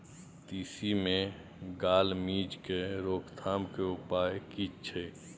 तिसी मे gall midge के रोकथाम के उपाय की छै?